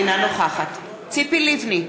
אינה נוכחת ציפי לבני,